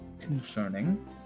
concerning